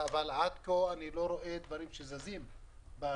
אבל עד כה אני לא רואה שדברים זזים בשטח.